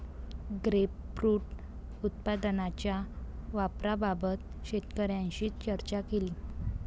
grapefruit उत्पादनाच्या वापराबाबत शेतकऱ्यांशी चर्चा केली